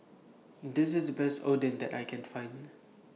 This IS The Best Oden that I Can Find